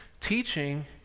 teaching